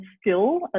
skill